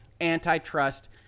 antitrust